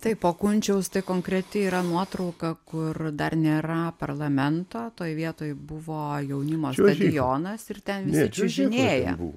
taip o kunčiaus tai konkreti yra nuotrauka kur dar nėra parlamento toj vietoj buvo jaunimo stadionas ir ten visi čiuožinėja